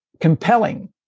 compelling